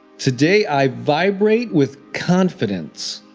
today, i vibrate with confidence.